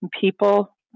people